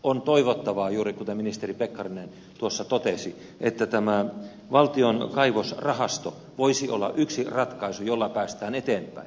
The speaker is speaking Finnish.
on toivottavaa juuri kuten ministeri pekkarinen tuossa totesi että tämä valtion kaivosrahasto voisi olla yksi ratkaisu jolla päästään eteenpäin